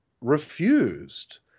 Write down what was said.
refused